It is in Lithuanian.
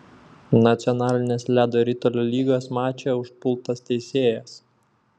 nacionalinės ledo ritulio lygos mače užpultas teisėjas